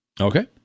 Okay